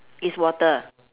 it's water